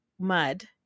mud